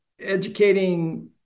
educating